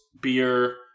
beer